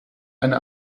eine